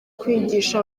kwigisha